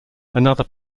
another